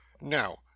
Now